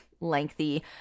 lengthy